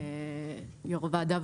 יו"ר הוועדה,